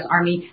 Army